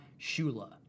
Shula